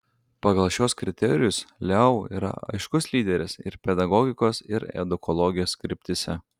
pagal šiuos kriterijus leu yra aiškus lyderis ir pedagogikos ir edukologijos kryptyse